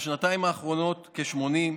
בשנתיים האחרונות כ-80,